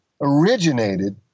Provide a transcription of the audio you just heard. originated